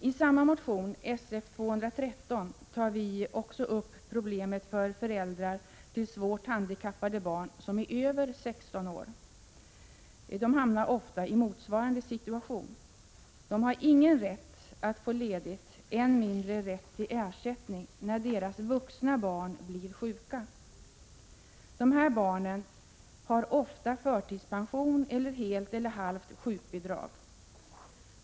I samma motion, Sf213, tar vi också upp problemet för föräldrar till svårt handikappade barn som är över 16 år. De hamnar ofta i motsvarande situation. De har ingen rätt att få ledigt, än mindre rätt till ersättning när deras vuxna barn blir sjuka. De här ”barnen” har ofta förtidspension eller helt eller halvt sjukbidrag.